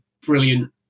brilliant